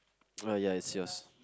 oh ya it's yours